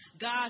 God